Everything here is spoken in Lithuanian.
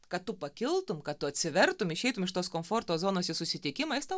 kad tu pakiltum kad tu atsivertum išeitum iš tos komforto zonos į susitikimą jis tau